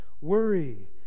Worry